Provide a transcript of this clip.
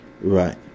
Right